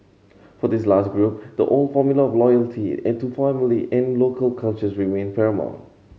for this last group the old formula of loyalty and to family and local cultures remained paramount